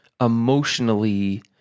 emotionally